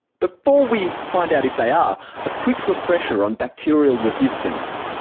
before we find out if they are, a quick refresher on bacterial resistance.